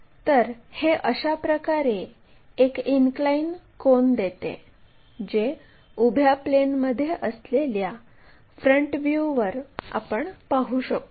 तर हे अशाप्रकारे एक इनक्लाइन कोन देते जे उभ्या प्लेनमध्ये असलेल्या फ्रंट व्ह्यूवर आपण पाहू शकतो